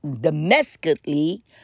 domestically